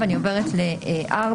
אני עוברת ל-(4).